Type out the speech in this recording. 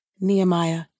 Nehemiah